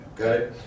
Okay